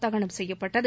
தகனம் செய்யப்பட்டது